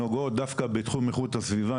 שנוגעות דווקא בתחום איכות הסביבה.